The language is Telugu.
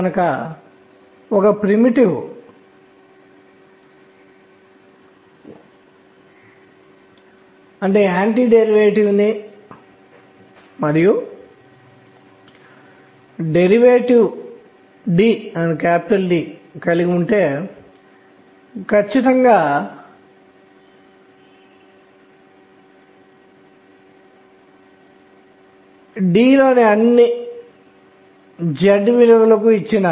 మనము పూర్తి క్వాంటం మెకానిక్స్ ను అభివృద్ధి చేసినప్పుడు సరైన సిద్ధాంతం ద్వారా ఇవన్నీ వివరించగలగాలి